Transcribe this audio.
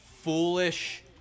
foolish